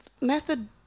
method